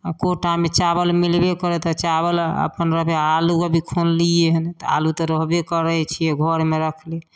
आ कोटामे चावल मिलबे करत आ चावल अपन आलू अभी खुनलियै हन तऽ आलू तऽ रहबे करै छियै घरमे रखले